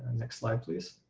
next slide please.